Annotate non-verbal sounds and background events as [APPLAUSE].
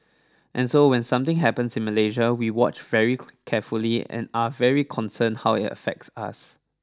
and so when something happens in Malaysia we watch very [HESITATION] carefully and are very concerned how it affects us